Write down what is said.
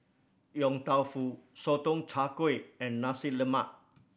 Yong Tau Foo Sotong Char Kway and Nasi Lemak